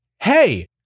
hey